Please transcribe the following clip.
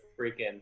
freaking